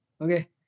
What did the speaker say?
Okay